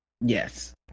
Yes